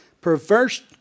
perverse